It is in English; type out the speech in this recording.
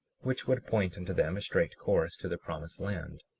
which would point unto them a straight course to the promised land.